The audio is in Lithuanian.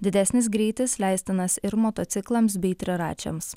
didesnis greitis leistinas ir motociklams bei triračiams